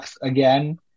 again